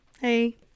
Hey